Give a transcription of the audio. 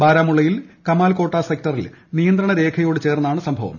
ബരാമുള്ളയിൽ കമാൽകോട്ട സെക്ടറിൽ നിയന്ത്രണരേഖയോട് ചേർന്നാണ് സംഭവം